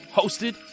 hosted